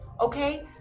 Okay